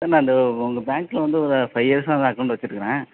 sir நான் இந்த உங்கள் பேங்க்கில் வந்து ஒரு ஃபைவ் இயர்ஸாக நான் அக்கவுண்ட் வெச்சுட்டிருக்கறேன்